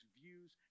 views